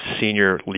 senior